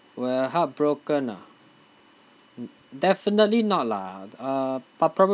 were heartbroken ah m~ definitely not lah uh p~ probably